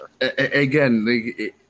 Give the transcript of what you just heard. again